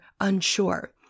unsure